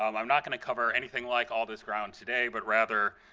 um i'm not going to cover anything like all this ground today but rather,